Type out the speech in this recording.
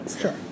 Sure